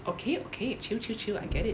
okay okay chill chill chill I get it